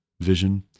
vision